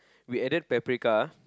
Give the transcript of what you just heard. we added paprika